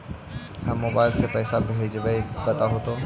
हम मोबाईल से पईसा भेजबई बताहु तो?